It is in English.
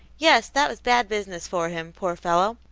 yes, that was bad business for him, poor fellow!